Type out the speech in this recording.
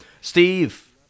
Steve